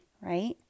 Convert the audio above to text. right